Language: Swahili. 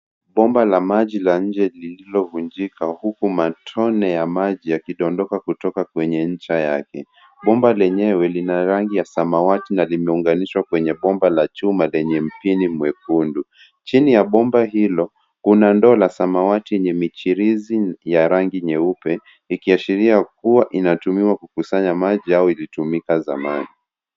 Bomba la maji la nje lililovunjika huku matone ya maji yakidondoka kutoka kwenye ncha yake. Bomba lenyewe lina rangi ya samawati na limeunganishwa kwenye bomba la chuma lenye mpini mwekundu. Chini ya bomba hilo kuna ndoo la samawati yenye michirizi ya rangi nyeupe, ikiashiria kuwa inatumiwa kukusanya maji au ilitumika zamani.